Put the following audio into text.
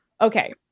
Okay